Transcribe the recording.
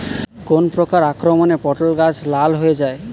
কোন প্রকার আক্রমণে পটল গাছ লাল হয়ে যায়?